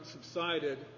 subsided